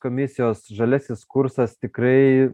komisijos žaliasis kursas tikrai